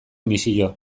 misio